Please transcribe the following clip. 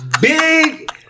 big